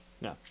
no